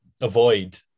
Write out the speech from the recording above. avoid